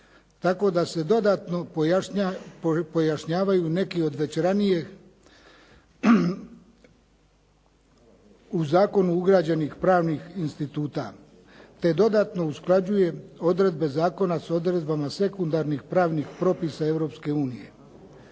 tako da se dodatno pojašnjavaju već neki od ranije u zakonu ugrađenih pravnih instituta, te dodatno usklađuje odredbe zakona sa odredbama sekundarnih pravnih propisa